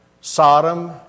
Sodom